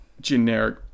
generic